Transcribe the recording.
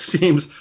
seems